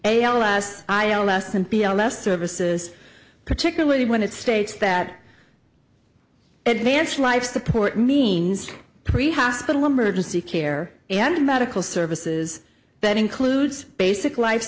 l s services particularly when it states that advanced life support means pre hospital emergency care and medical services that includes basic life